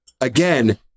again